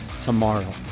tomorrow